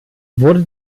wurde